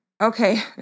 okay